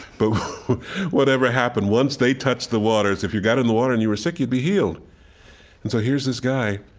but whatever happened, once they touched the waters, if you got in the water, and you were sick, you'd be healed and so here's this guy,